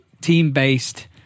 team-based